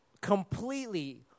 completely